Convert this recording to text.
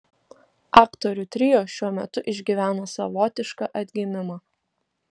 aktorių trio šiuo metu išgyvena savotišką atgimimą